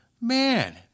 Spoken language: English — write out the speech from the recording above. man